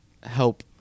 help